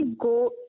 go